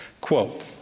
Quote